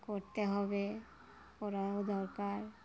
করতে হবে করাও দরকার